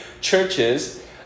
churches